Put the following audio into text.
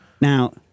Now